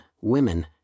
women